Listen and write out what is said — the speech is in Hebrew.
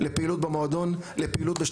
לפעילות במועדון,